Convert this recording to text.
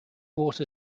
water